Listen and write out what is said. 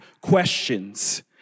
questions